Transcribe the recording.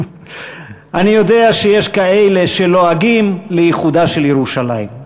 אני יודע שיש כאלה שלועגים לאיחודה של ירושלים.